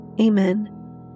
Amen